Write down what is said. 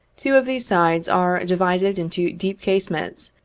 two of these sides are divided into deep casemates,